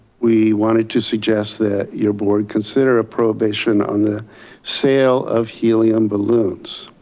we wanted to suggest that your board consider a prohibition on the sale of helium balloons.